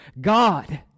God